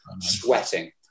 sweating